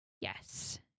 Yes